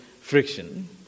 friction